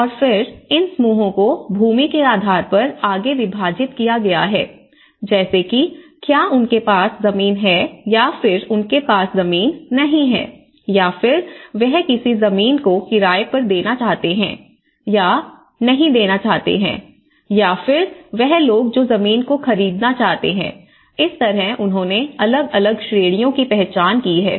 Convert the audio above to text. और फिर इन समूहों को भूमि के आधार पर आगे विभाजित किया गया है जैसे कि क्या उनके पास जमीन है या फिर उनके पास जमीन नहीं है या फिर वह किसी जमीन को किराए पर देना चाहते हैं या देना चाहते हैं या फिर वह लोग जो जमीन को खरीदना चाहते हैं इस तरह उन्होंने अलग अलग श्रेणियों की पहचान की है